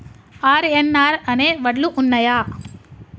RNR అనే వడ్లు ఉన్నయా?